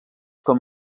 com